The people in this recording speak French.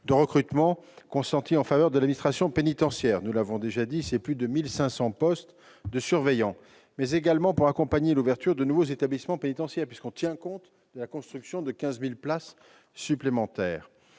de recrutement consenti en faveur de l'administration pénitentiaire : nous l'avons déjà dit, cela représente 1 500 postes de surveillants en plus. Il s'est également agi d'accompagner l'ouverture de nouveaux établissements pénitentiaires, puisque l'on tient compte de la construction de 15 000 places supplémentaires.